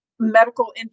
Medical